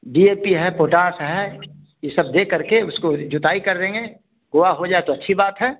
D A P है potash है यह सब दे करके उसकी जोताई कर देंगे कोआ हो जाए तो अच्छी बात है